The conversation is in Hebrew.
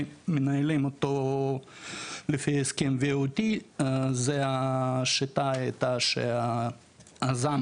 שמנהלים אותו לפי הסכם ייעודי זה השיטה הייתה שהיזם